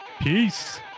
peace